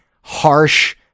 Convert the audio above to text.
harsh